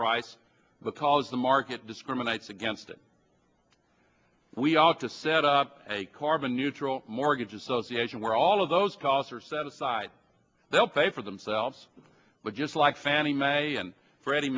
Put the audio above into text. price because the market discriminates against it we ought to set up a carbon neutral mortgage association where all of those costs are set aside they will pay for themselves but just like fannie mae and freddie